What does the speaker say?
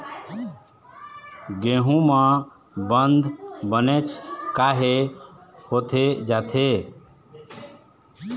गेहूं म बंद बनेच काहे होथे जाथे?